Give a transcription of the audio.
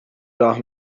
راه